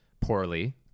poorly